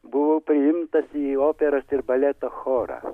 buvau priimtas į operas ir baleto chorą